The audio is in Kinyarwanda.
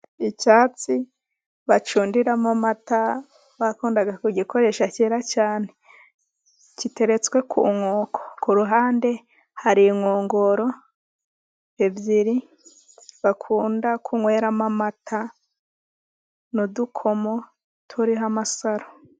Icyansi bacundiramo amata, bakundaga kugikoresha cyera cyane. Giteretswe ku nkoko kuruhande hari inkongoro ebyiri, bakunda kunyweramo amata, n'udukomo turiho amasaro.